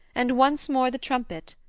and once more the trumpet,